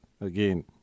Again